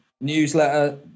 Newsletter